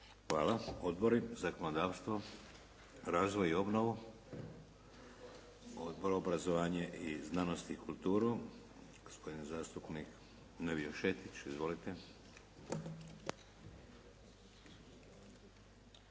Hvala. Odbori: zakonodavstvo, razvoj i obnovu. Odbor obrazovanje, znanost i kulturu gospodin zastupnik Nevio Šetić. Izvolite.